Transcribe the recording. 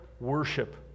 worship